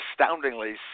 astoundingly